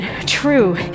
true